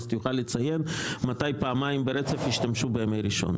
יוכל לציין מתי פעמיים ברצף השתמשו ביום ראשון.